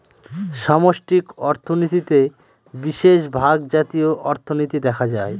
সামষ্টিক অর্থনীতিতে বিশেষভাগ জাতীয় অর্থনীতি দেখা হয়